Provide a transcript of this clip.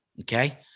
Okay